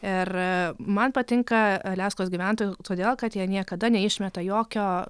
ir man patinka aliaskos gyventojų todėl kad jie niekada neišmeta jokio